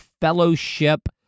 Fellowship